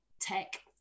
tech